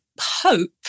hope